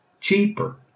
cheaper